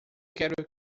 quero